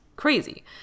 crazy